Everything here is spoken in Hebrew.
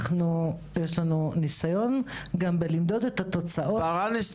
יש לנו ניסיון גם בלמדוד את התוצאות --- ברנס,